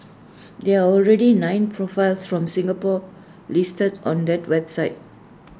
there are already nine profiles from Singapore listed on that website